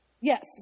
Yes